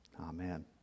Amen